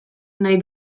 nahi